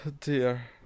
dear